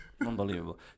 unbelievable